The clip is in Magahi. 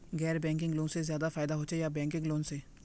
गैर बैंकिंग लोन से ज्यादा फायदा होचे या बैंकिंग लोन से?